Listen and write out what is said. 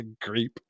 creep